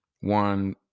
one